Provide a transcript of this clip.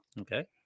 Okay